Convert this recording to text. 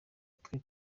twe